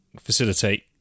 facilitate